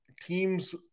teams